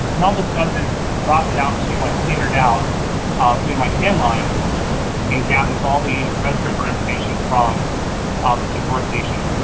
and all this does is drop it out to you my standard out via my command line and gathers all the regripper information from ah the sift workstation.